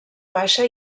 baixa